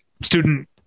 student